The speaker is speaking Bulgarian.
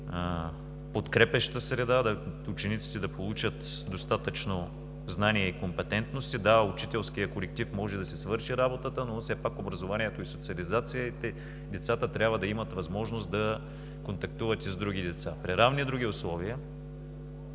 подкрепяща среда, учениците да получат достатъчно знания и компетентности. Да, учителският колектив може да си свърши работата, но все пак в образованието и социализацията децата трябва да имат възможност да контактуват и с други деца. При равни други условия,